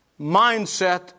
mindset